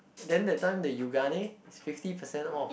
then the time the Yoogane its fifty percent off